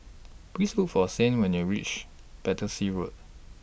Please Look For Saint when you're REACH Battersea Road